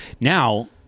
Now